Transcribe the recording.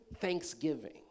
thanksgiving